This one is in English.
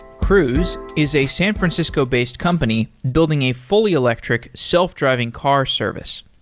cruise is a san francisco based company building a fully electric, self-driving car service.